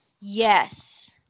Yes